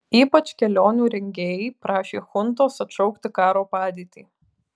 ypač kelionių rengėjai prašė chuntos atšaukti karo padėtį